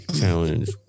Challenge